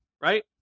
right